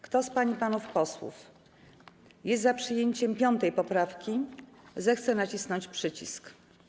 Kto z pań i panów posłów jest za przyjęciem 5. poprawki, zechce nacisnąć przycisk.